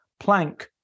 Planck